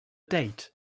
date